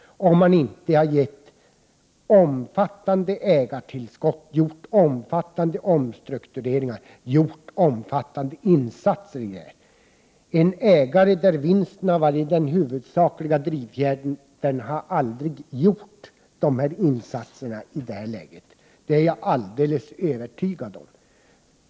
Det hade kunnat bli så om inte omfattande ägartillskott hade genomförts, omfattande omstruktureringar och omfattande insatser. En ägare för vilken vinsten har varit den huvudsakliga drivkraften hade aldrig gjort de insatserna i det läget. Det är jag alldeles övertygad om.